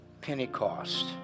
Pentecost